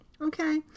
Okay